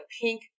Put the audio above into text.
pink